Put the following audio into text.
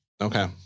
Okay